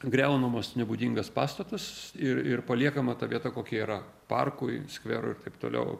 griaunamas nebūdingas pastatas ir ir paliekama ta vieta kokia yra parkui skverui ir taip toliau